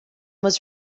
was